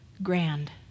Grand